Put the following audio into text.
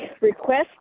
request